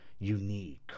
unique